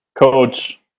Coach